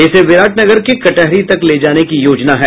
इसे विराट नगर के कटहरी तक ले जाने की योजना है